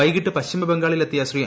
വൈകിട്ട് പശ്ചിമബംഗാളില്ലെത്തിയ ശ്രീ